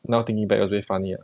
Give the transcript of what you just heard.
now thinking back was very funny ah